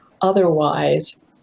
otherwise